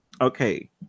Okay